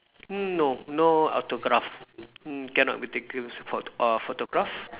mm no no autograph mm cannot be taken phot~ uh photograph